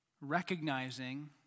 Recognizing